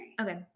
Okay